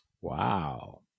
Wow